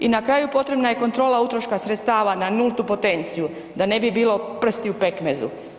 I na kraju potrebna je kontrola utroška sredstava na nultu potenciju da ne bi bilo prsti u pekmezu.